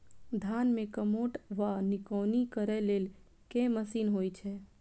धान मे कमोट वा निकौनी करै लेल केँ मशीन होइ छै?